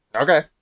Okay